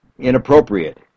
inappropriate